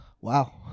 Wow